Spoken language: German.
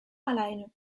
alleine